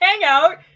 Hangout